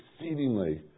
exceedingly